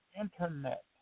Internet